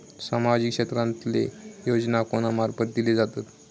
सामाजिक क्षेत्रांतले योजना कोणा मार्फत दिले जातत?